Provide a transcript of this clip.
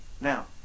Now